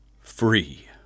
Free